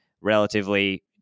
relatively